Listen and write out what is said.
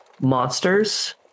monsters